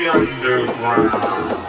underground